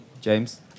James